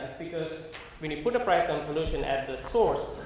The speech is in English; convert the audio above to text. because when you put a price on pollution at the source,